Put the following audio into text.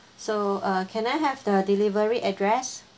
so uh can I have the delivery address